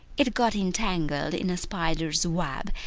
it got entangled in a spider's web,